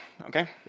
okay